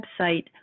website